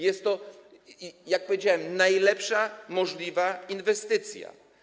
Jest to, jak powiedziałem, najlepsza możliwa inwestycja.